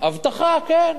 אבטחה, כן.